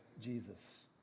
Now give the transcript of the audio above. Jesus